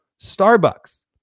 Starbucks